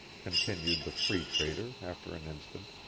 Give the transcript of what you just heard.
continued the free trader, after an instant.